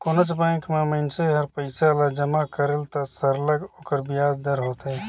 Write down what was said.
कोनोच बंेक में मइनसे हर पइसा ल जमा करेल त सरलग ओकर बियाज दर होथे